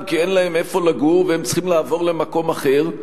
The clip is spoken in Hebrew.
כי אין להם איפה לגור והם צריכים לעבור למקום אחר,